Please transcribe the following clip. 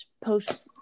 post